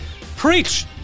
preach